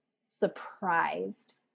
surprised